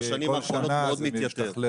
כל שנה זה משתכלל,